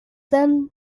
then